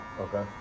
Okay